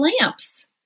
lamps